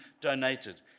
donated